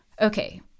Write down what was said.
Okay